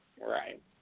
right